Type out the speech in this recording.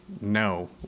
no